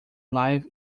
live